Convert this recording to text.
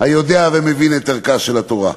היודע ומבין את ערכה של התורה.